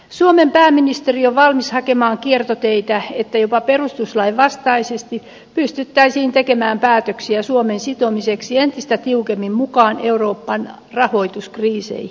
suomen pääministeri on valmis hakemaan kiertoteitä että jopa perustuslain vastaisesti pystyttäisiin tekemään päätöksiä suomen sitomiseksi entistä tiukemmin mukaan euroopan rahoituskriiseihin